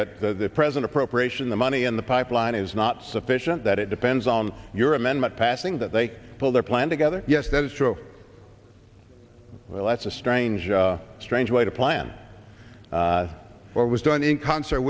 that the present appropriation the money in the pipeline is not sufficient that it depends on your amendment passing that they pull their plan together yes that is true well that's a strange a strange way to plan what was done in concert